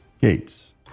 gates